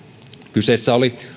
kyseessä oli